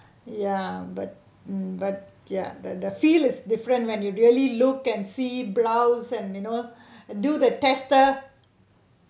ya but mm but ya the the feel is different when you really look and see browse and you know do the tester